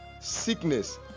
sickness